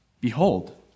Behold